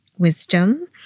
wisdom